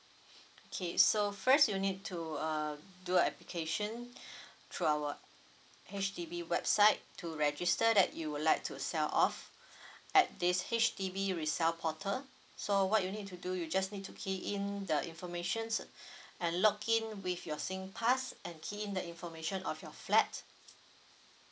okay so first you need to uh do application through our H_D_B website to register that you would like to sell off at this H_D_B resell portal so what you need to do you just need to key in the information and log in with your singpass and key in the information of your flat